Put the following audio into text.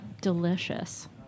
delicious